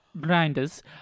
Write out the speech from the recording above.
grinders